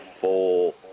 full